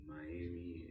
Miami